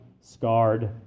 scarred